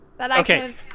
Okay